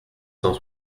cent